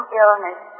illness